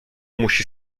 musi